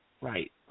right